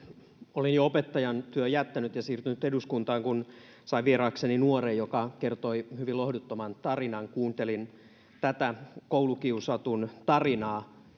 olin jo opettajan työn jättänyt ja siirtynyt eduskuntaan kun sain vieraakseni nuoren joka kertoi hyvin lohduttoman tarinan kuuntelin tätä koulukiusatun tarinaa